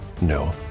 No